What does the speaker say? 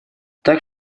так